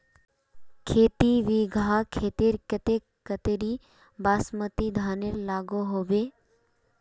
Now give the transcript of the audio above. खेती बिगहा खेतेर केते कतेरी बासमती धानेर लागोहो होबे?